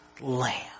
lamb